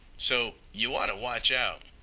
so, yeh wanta watch out.